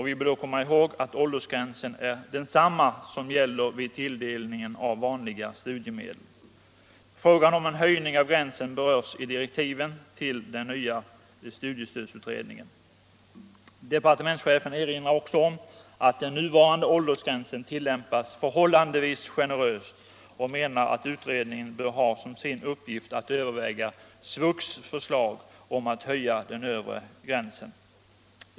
Vi bör då komma ihåg att åldersgränsen är densamma som gäller vid tilldelningen av vanliga studiemedel. Frågan om en höjning av gränsen berörs i direktiven till den nya studiestödsutredningen. Departementschefen erinrar också om att den nuvarande åldersgränsen tilllämpas förhållandevis generöst och menar att utredningen bör ha som sin uppgift att överväga SVUX förslag om att höja den övre gränsen.